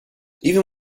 even